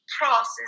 process